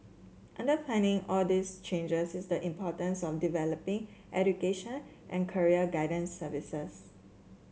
underpinning all these changes is the importance of developing education and career guidance services